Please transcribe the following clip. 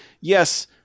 yes